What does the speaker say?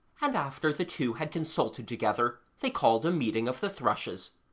and after the two had consulted together they called a meeting of the thrushes.